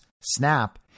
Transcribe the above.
SNAP